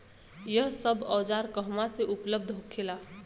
यह सब औजार कहवा से उपलब्ध होखेला?